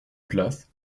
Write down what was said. place